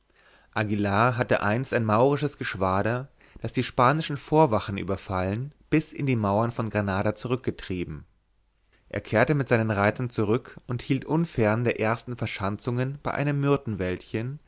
aguillar hatte einst ein maurisches geschwader das die spanischen vorwachen überfallen bis in die mauern von granada zurückgetrieben er kehrte mit seinen reitern zurück und hielt unfern den ersten verschanzungen bei einem